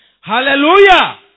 Hallelujah